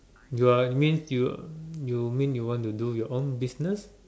you're means you you mean you want to do your own business